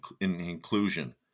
inclusion